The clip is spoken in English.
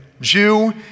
Jew